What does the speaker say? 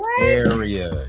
area